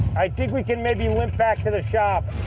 i think we can maybe limp back to the shop.